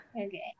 Okay